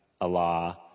Allah